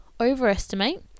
overestimate